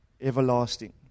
everlasting